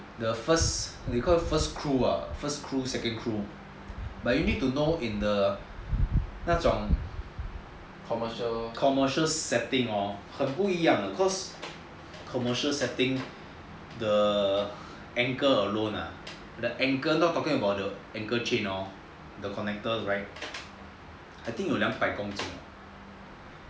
the first they call it first crew ah second crew like you need to know in the 那种 commercial setting hor 很不一样 cause commercial setting the anchor alone ah the anchor not talking about the anchor chain hor I think 有两百公斤